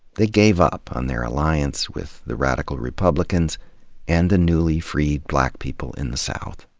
they gave up on their alliance with the radical republicans and the newly freed black people in the south.